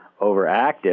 overactive